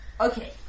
okay